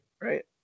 Right